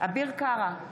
אביר קארה,